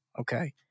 okay